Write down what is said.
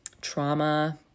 trauma